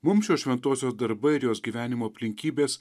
mums šios šventosios darbai ir jos gyvenimo aplinkybės